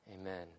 Amen